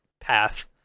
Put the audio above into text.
path